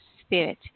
Spirit